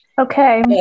Okay